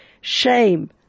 shame